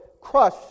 crush